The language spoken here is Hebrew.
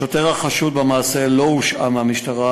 השוטר החשוד במעשה לא הושעה מהמשטרה,